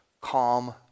calm